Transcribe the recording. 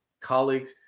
colleagues